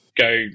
go